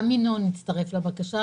גם ינון אזולאי הצטרף לבקשה.